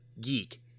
Geek